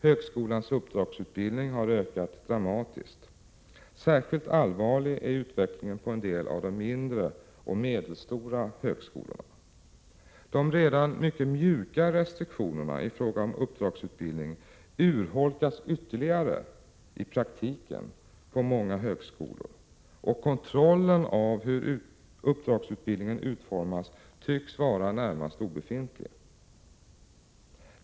Högskolans uppdragsutbildning har ökat dramatiskt. Särskilt allvarlig är utvecklingen på en del av de mindre och medelstora högskolorna. De redan mycket mjuka restriktionerna i fråga om uppdragsutbildning urholkas i praktiken ytterligare på många högskolor, och kontrollen av hur uppdragsutbildningen utformas tycks vara närmast obefintlig.